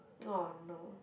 orh no